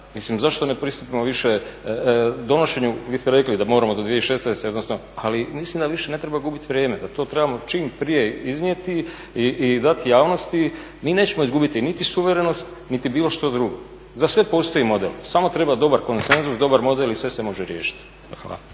zašto ne pristupimo više donošenju, vi ste rekli da moramo do 2016. odnosno, ali mislim da više ne treba gubiti vrijeme, da to trebamo čim prije iznijeti i dati javnosti. Mi nećemo izgubiti niti suverenost niti bilo što drugo. Za sve postoji model samo treba dobar konsenzus, dobar model i sve se može riješiti.